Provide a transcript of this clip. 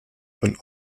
von